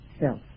self